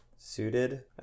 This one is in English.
suited